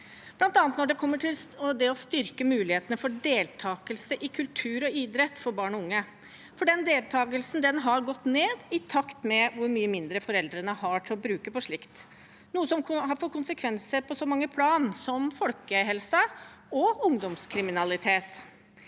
bl.a. når det kommer til det å styrke mulighetene for deltakelse i kultur og idrett for barn og unge, for den deltakelsen har gått ned i takt med hvor mye mindre foreldrene har til å bruke på slikt. Det er noe som har fått konsekvenser på mange plan, som folkehelsen og ungdomskriminalitet,